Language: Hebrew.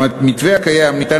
במתווה הקיים ניתן,